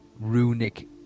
runic